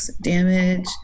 Damage